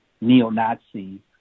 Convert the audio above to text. neo-nazi